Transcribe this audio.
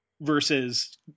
versus